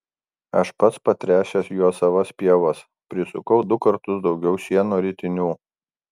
aš pats patręšęs juo savas pievas prisukau du kartus daugiau šieno ritinių